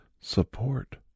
Support